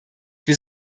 wir